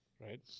right